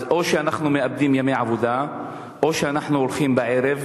אז או שאנחנו מאבדים ימי עבודה או שאנחנו הולכים בערב.